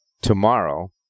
tomorrow